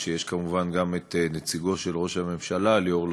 יש כמובן גם נציגו של ראש הממשלה ליאור לוטן,